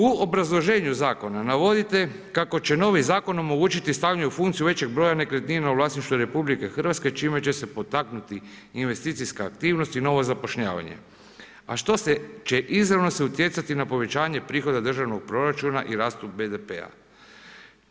U obrazloženju zakona navodite kako će novi zakon omogućiti stavljanje u funkciju veće broja nekretnina u vlasništvo RH čime će se potaknuti investicijska aktivnosti i novo zapošljavanje a što će izravno utjecati na povećanje prihoda državnog proračuna i rastu BDP-a.